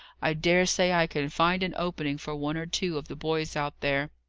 i dare say i can find an opening for one or two of the boys out there.